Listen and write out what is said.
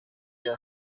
your